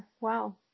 wow